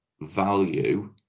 value